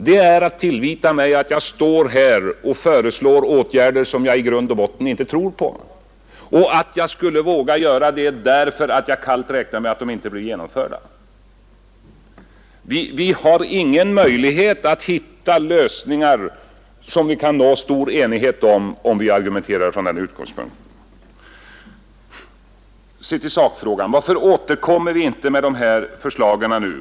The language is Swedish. Det är att tillvita mig att jag föreslår åtgärder som jag i grund och botten inte tror på och att jag skulle våga göra det därför att jag kallt räknar med att de inte blir genomförda. Vi har ingen möjlighet att hitta lösningar om vilka vi kan nå stor enighet om vi argumenterar från den utgångspunkten. Sedan till sakfrågan: Varför återkommer vi inte med förslagen nu?